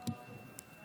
אני